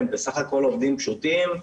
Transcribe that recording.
הם בסך הכול עובדים פשוטים,